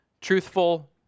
truthful